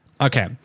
okay